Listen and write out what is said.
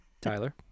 Tyler